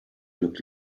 look